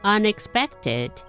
Unexpected